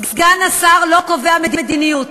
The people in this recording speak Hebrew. סגן השר לא קובע מדיניות,